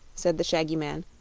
said the shaggy man.